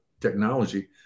technology